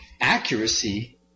accuracy